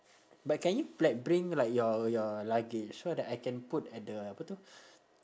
but can you like bring like your your luggage so that I can put at the apa tu